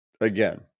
again